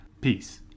Peace